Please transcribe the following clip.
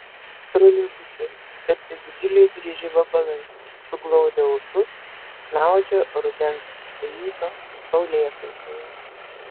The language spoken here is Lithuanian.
troleibusai tarsi didžiuliai dryži vabalai suglaudę ūsus snaudžia rudens ryto saulėkaitoje